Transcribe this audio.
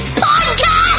podcast